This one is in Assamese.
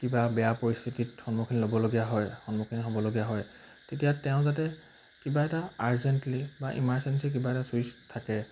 কিবা বেয়া পৰিস্থিতিত সন্মুখীন ল'বলগীয়া হয় সন্মুখীন হ'বলগীয়া হয় তেতিয়া তেওঁ যাতে কিবা এটা আৰ্জেণ্টলি বা ইমাৰজেঞ্চি কিবা এটা ছুইচ থাকে